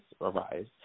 arise